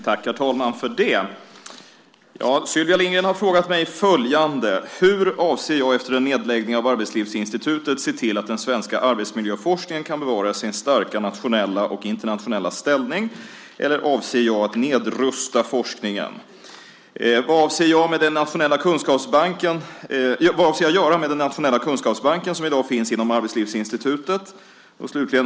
Herr talman! Sylvia Lindgren har frågat mig följande: Hur avser jag att efter en nedläggning av Arbetslivsinstitutet se till att den svenska arbetsmiljöforskningen kan bevara sin starka nationella och internationella ställning? Eller avser jag att nedrusta forskningen? Vad avser jag att göra med den nationella kunskapsbank som i dag finns inom Arbetslivsinstitutet?